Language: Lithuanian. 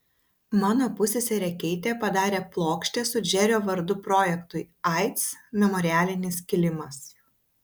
mano pusseserė keitė padarė plokštę su džerio vardu projektui aids memorialinis kilimas